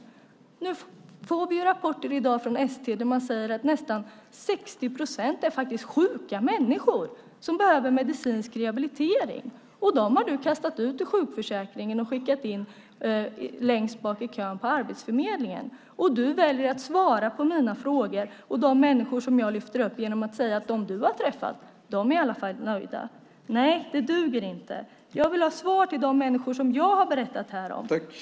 Men nu får vi rapporter från ST som säger att nästan 60 procent faktiskt är sjuka människor som behöver medicinsk rehabilitering. Dem har ministern kastat ut ur sjukförsäkringen och skickat längst bak i kön på Arbetsförmedlingen. Ministern väljer också att som svar på mina frågor och till de människor jag lyfter fram säga att de som hon har träffat i alla fall är nöjda. Det duger inte. Jag vill ha svar till de människor som jag har berättat om här.